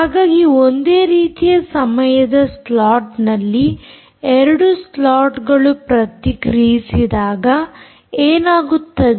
ಹಾಗಾಗಿ ಒಂದೇ ರೀತಿಯ ಸಮಯದ ಸ್ಲಾಟ್ ನಲ್ಲಿ 2 ಸ್ಲಾಟ್ಗಳು ಪ್ರತಿಕ್ರಿಯಿಸಿದಾಗ ಏನಾಗುತ್ತದೆ